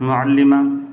معلمہ